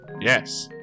Yes